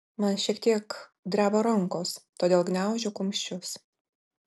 man šiek tiek dreba rankos todėl gniaužiu kumščius